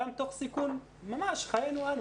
גם תוך סיכון ממש חיינו אנו,